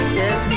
yes